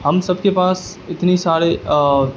ہم سب کے پاس اتنی سارے